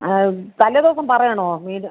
തലേ ദിവസം പറയണോ മീന്